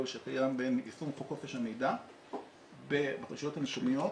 שקיים בין יישום חוק חופש המידע ברשויות המקומיות